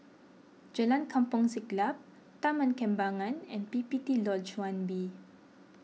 Jalan Kampong Siglap Taman Kembangan and P P T Lodge one B